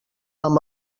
amb